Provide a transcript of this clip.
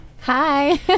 Hi